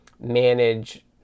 manage